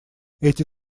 эти